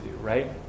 right